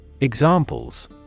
Examples